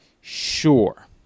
Sure